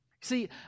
See